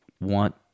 want